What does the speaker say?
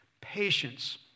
patience